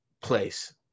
place